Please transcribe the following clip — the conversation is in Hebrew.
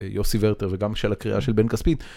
יוסי ורטר, וגם של הקריאה של בן כספית.